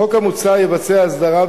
החוק המוצע יבצע הסדרה,